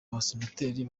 basenateri